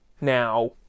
Now